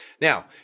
Now